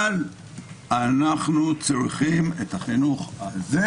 ואנחנו צריכים להעביר את החינוך הזה